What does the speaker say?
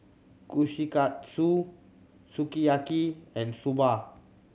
Kushikatsu Sukiyaki and Soba